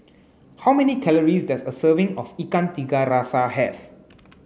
how many calories does a serving of Ikan Tiga Rasa have